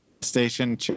station